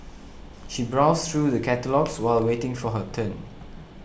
she browsed through the catalogues while waiting for her turn